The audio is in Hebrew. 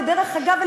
ודרך אגב,